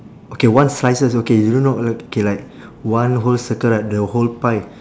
okay one slices okay you don't know like K like one whole circle right the whole pie